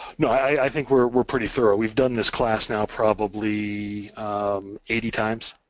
no, i think we're we're pretty thorough. we've done this class now probably eighty times